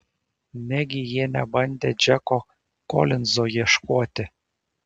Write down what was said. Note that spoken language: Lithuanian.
negi jie nebandė džeko kolinzo ieškoti